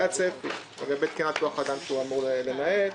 היה צפי מבחינת כוח אדם שהוא אמור לנהל,